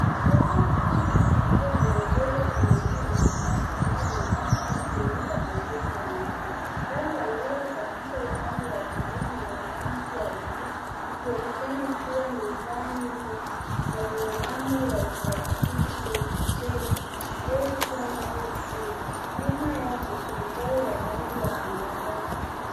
Magari manne yakiwa yameegeshwa kwenye eneo lenye nyasi linaloonekana kama sehemu ya maegesho ya nje. Gari la mbele kabisa upande wa kulia ni la rangi ya bluu likionekana kuwa Nissan na lenye namba ya usajili KDK 849T.Nyuma yake, kuna gari la rangi ya zambarau.